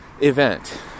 event